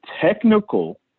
technical